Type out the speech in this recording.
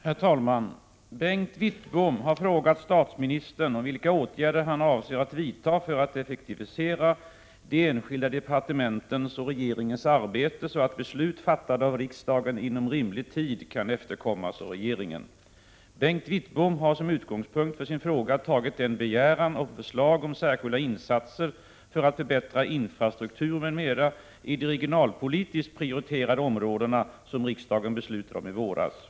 Herr talman! Bengt Wittbom har frågat statsministern om vilka åtgärder han avser att vidta för att effektivisera de enskilda departementens och regeringens arbete så att beslut fattade av riksdagen inom rimlig tid kan efterkommas av regeringen. Bengt Wittbom har som utgångspunkt för sin fråga tagit den begäran om förslag om särskilda insatser för att förbättra infrastrukturen m.m. i de regionalpolitiskt prioriterade områdena som riksdagen beslutade om i våras.